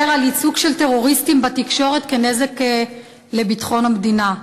על ייצוג של טרוריסטים בתקשורת כנזק לביטחון המדינה.